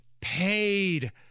paid